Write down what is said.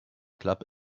club